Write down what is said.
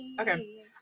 Okay